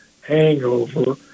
hangover